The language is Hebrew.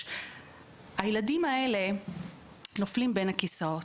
הילדים האלה נופלים בין הכיסאות.